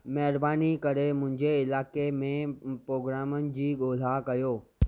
महिरबानी करे मुंहिंजे इलाइक़े में प्रोगामनि जी ॻोल्हा कयो